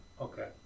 Okay